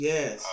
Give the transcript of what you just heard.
Yes